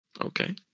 Okay